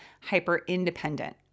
hyper-independent